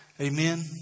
Amen